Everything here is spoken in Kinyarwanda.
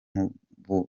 mubumbyi